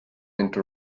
into